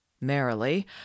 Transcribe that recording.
merrily